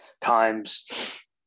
times